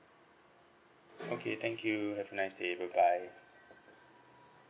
okay thank you have a nice day bye bye